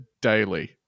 daily